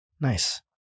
nice